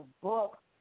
book